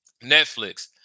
Netflix